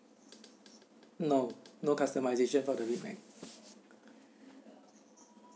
no no customization for the big mac